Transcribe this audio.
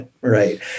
right